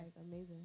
amazing